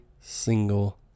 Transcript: single